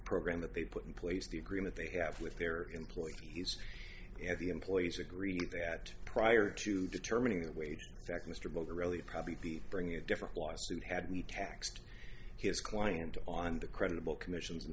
program that they put in place the agreement they have with their employees and the employees agree that prior to determining the wage back mr molder really probably be bringing a different lawsuit had me taxed his client on the credible commissions and